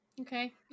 Okay